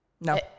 No